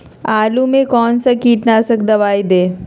आलू में कौन सा कीटनाशक दवाएं दे?